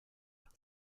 for